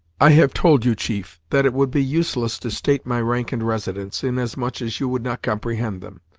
i have told you, chief, that it would be useless to state my rank and residence, in as much as you would not comprehend them.